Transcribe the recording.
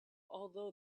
although